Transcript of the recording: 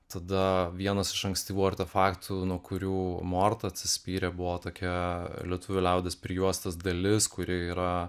tada vienas iš ankstyvų artefaktų nu kurių morta atsispyrė buvo tokia lietuvių liaudies prijuostės dalis kuri yra